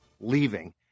leaving